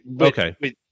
Okay